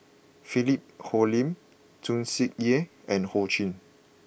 Philip Hoalim Tsung Yeh and Ho Ching